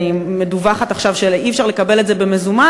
אני מדוּוחת עכשיו שאי-אפשר לקבל את זה במזומן